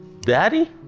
Daddy